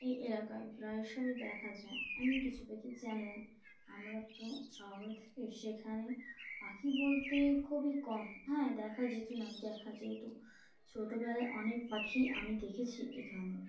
এই এলাকায় প্রায়শই দেখা যায় এমন কিছু পাখি যেমন আমরা তো শহরে থেকে সেখানে পাখি বলতে খুবই কম হ্যাঁ দেখা যেত না দেখা যেত ছোটোবেলায় অনেক পাখি আমি দেখেছি এখানে